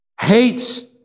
hates